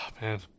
man